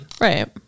Right